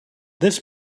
this